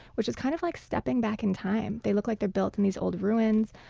which is kind of like stepping back in time. they look like they're built in these old ruins.